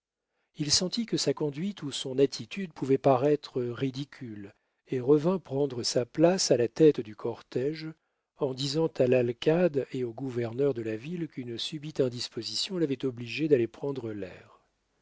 il sentit que sa conduite ou son attitude pouvaient paraître ridicules et revint prendre sa place à la tête du cortége en disant à l'alcade et au gouverneur de la ville qu'une subite indisposition l'avait obligé d'aller prendre l'air